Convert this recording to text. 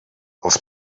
els